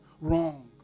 wrong